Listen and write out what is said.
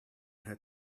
her